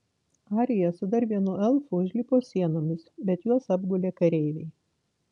arija su dar vienu elfu užlipo sienomis bet juos apgulė kareiviai